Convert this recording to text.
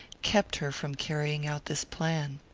kept her from carrying out this plan.